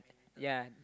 ya